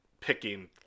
picking